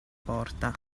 porta